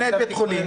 מנהל בית החולים,